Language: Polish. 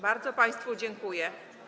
Bardzo państwu dziękuję.